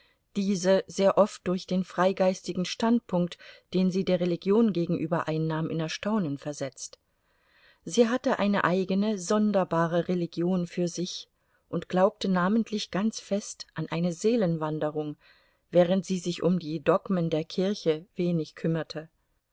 diese sehr oft durch den freigeistigen standpunkt den sie der religion gegenüber einnahm in erstaunen versetzt sie hatte eine eigene sonderbare religion für sich und glaubte namentlich ganz fest an eine seelenwanderung während sie sich um die dogmen der kirche wenig kümmerte